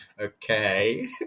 Okay